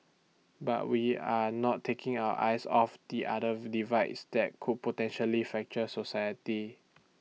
but we are not taking our eyes off the other divides that could potentially fracture society